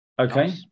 Okay